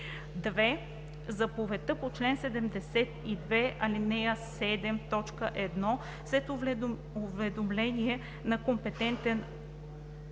2. заповедта по чл. 72, ал. 7, т. 1 след уведомление от компетентен